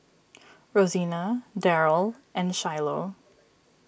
Rosena Daryle and Shiloh